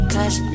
Cause